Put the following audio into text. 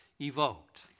evoked